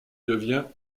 devient